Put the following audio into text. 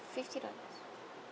fifty dollars